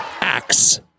Axe